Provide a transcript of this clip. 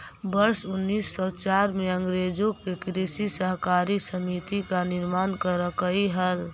वर्ष उनीस सौ चार में अंग्रेजों ने कृषि सहकारी समिति का निर्माण करकई हल